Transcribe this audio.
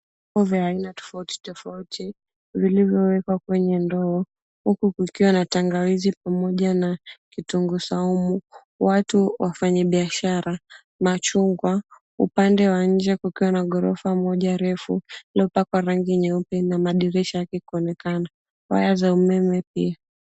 Viungo vya aina tofauti tofauti vilivyowekwa kwenye ndoo huku kukiwa na tangawizi pamoja na kitunguu saumu. Watu wafanyibiashara. Machungwa. Upande wa nje kukiwa na gorofa moja refu lililopakwa rangi nyeupe na madirisha yake kuonekana. Waya za umeme pia.